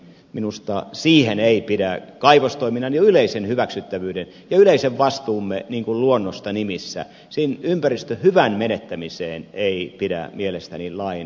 ympäristöhyvän menettämiseen ei kaivostoiminnan ja yleisen hyväksyttävyyden ja yleisen vastuumme luonnosta nimissä pidä mielestäni lain loppuhionnassa lähteä